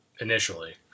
initially